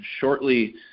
shortly